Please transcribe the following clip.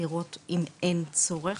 לראות אם אין צורך,